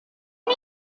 gen